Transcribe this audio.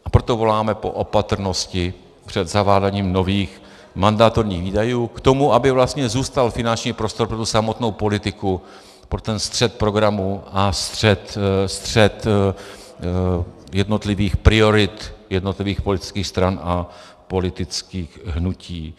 A proto voláme po opatrnosti před zaváděním nových mandatorních výdajů k tomu, aby vlastně získal finanční prostor pro tu samotnou politiku, pro ten střet programů a střet jednotlivých priorit jednotlivých politických stran a politických hnutí.